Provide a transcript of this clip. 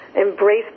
Embrace